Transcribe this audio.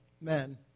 men